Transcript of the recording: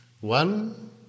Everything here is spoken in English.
One